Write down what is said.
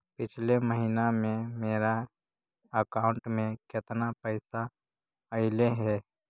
पिछले महिना में मेरा अकाउंट में केतना पैसा अइलेय हे?